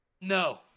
no